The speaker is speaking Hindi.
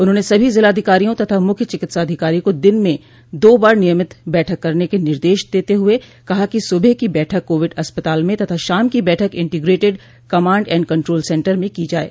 उन्होंने सभी जिलाधिकारियों तथा मुख्य चिकित्साधिकारी को दिन में दो बार नियमित बैठक करने के निर्देश देते हुए कहा कि सुबह की बैठक कोविड अस्पताल में तथा शाम की बैठक integrated command and control centre में की जाये